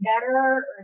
better